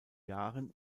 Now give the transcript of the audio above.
jahren